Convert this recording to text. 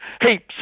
heaps